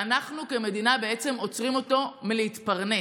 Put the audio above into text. ואנחנו כמדינה בעצם עוצרים אותו מלהתפרנס,